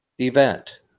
event